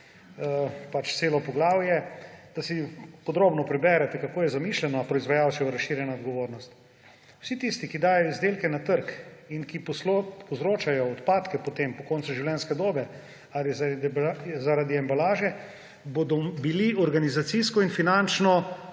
celo poglavje –, da si podrobno preberete, kako je zamišljeno – proizvajalčeva razširjena odgovornost. Vsi tisti, ki dajejo izdelke na trg in ki povzročajo odpadke po koncu življenjske dobe ali zaradi embalaže, bodo organizacijsko in finančno